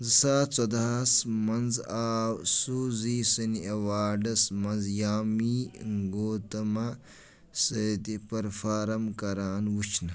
زٕ ساس ژۄدہَس منٛز آو سوٗزی سٕنۍ اٮ۪واڈس منٛز یامی گوتما سۭتی پٔرفارم کران وٕچھنہٕ